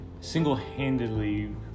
single-handedly